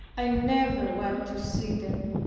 i never went to see them,